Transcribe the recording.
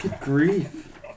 grief